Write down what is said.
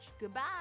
Goodbye